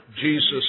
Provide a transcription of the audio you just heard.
Jesus